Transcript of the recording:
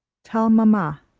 tell mama,